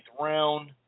round